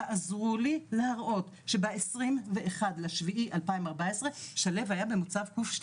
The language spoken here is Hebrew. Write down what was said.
תעזרו לי להראות שב-21.7.2014 שליו היה במוצב ק.2